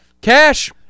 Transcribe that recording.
Cash